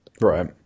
Right